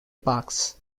parks